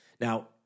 Now